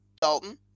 Dalton